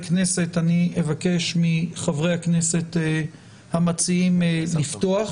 כנסת אני אבקש מחברי הכנסת המציעים לפתוח.